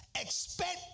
expect